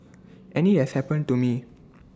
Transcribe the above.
and IT has happened to me